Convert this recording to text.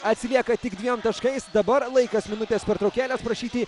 atsilieka tik dviem taškais dabar laikas minutės pertraukėlės prašyti